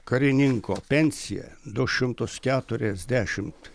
karininko pensiją du šimtas keturiasdešimt